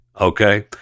Okay